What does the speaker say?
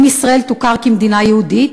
אם ישראל תוכר כמדינה יהודית,